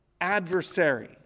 adversary